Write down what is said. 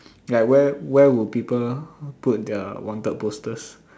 ya where where would people put their wanted posters